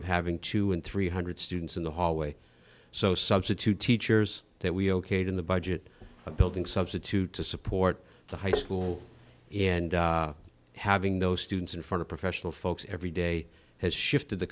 of having two and three hundred students in the hallway so substitute teachers that we okayed in the budget a building substitute to support the high school and having those students in for the professional folks every day has shifted the